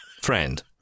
friend